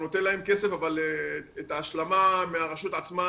נותן להן כסף אבל את ההשלמה מהרשות עצמה,